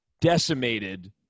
decimated